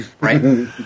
Right